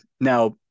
Now